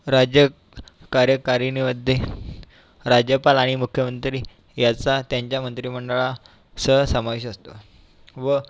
राज्य कार्यकारिणीमध्ये राज्यपाल आणि मुख्यमंत्री याचा त्यांच्या मंत्रिमंडळासह समावेश असतो व